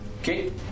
Okay